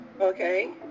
Okay